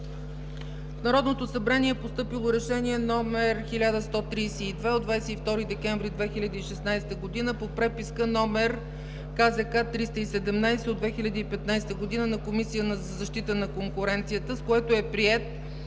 В Народното събрание и постъпило решение № 1132 от 22 декември 2016 г. по преписка № КЗК-317 от 2015 г. на Комисията на защита на конкуренцията, с което е приет